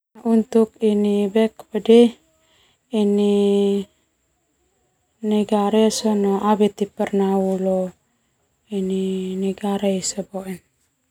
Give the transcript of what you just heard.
Negara ia sona au beti pernah leo negara esa boe.